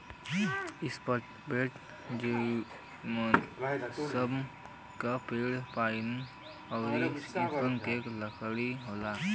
softwood gymnosperm के पेड़ pine आउर स्प्रूस क लकड़ी होला